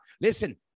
Listen